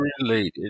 related